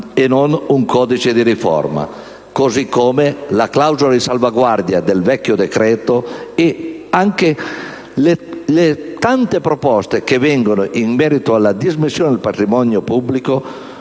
e non un codice di riforma, così come la clausola di salvaguardia del vecchio decreto ed anche le tante proposte che vengono in merito alla dismissione del patrimonio pubblico